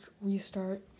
restart